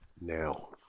Now